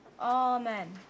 Amen